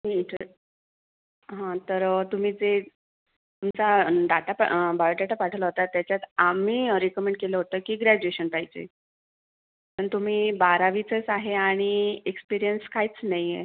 मी ठर हां तर तुम्ही जे तुमचा डाटा पा बायोडाटा पाठवला होता त्याच्यात आम्ही रेकमेंड केलं होतं की ग्रॅज्युएशन पाहिजे तुम्ही बारावीतच आहे आणि एक्सपीरिअन्स काहीच नाही आहे